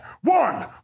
One